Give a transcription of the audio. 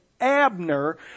Abner